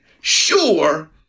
sure